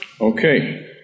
Okay